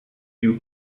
new